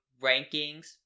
rankings